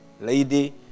Lady